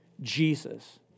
Jesus